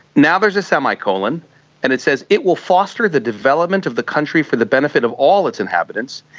now there's a semicolon, and it says, it will foster the development of the country for the benefit of all its inhabitants.